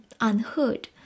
unheard